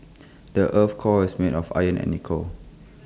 the Earth's core is made of iron and nickel